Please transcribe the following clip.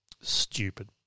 stupid